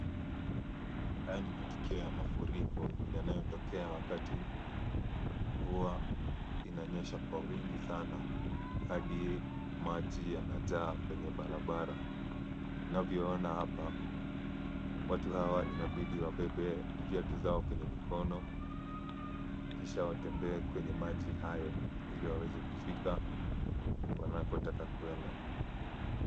Haya ni matukio ya mafuriko yanayotokea wakati mvua inanyesha kwa wingi sana hadi maji yanajaa kwenye barabara. Unavyoona hapa watu hawa inabidi wabebe viatu vyao kwenye mikono kisha watembee kwenye maji hayo ili waweze kufika wanapotaka kuenda.